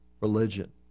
religion